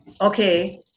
okay